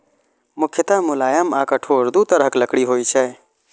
मुख्यतः मुलायम आ कठोर दू तरहक लकड़ी होइ छै